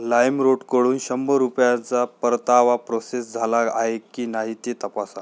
लाईमरोटकडून शंभर रुपयांचा परतावा प्रोसेस झाला आहे की नाही ते तपासा